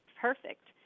perfect